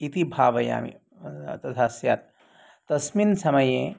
इति भावयामि तथा स्यात् तस्मिन् समये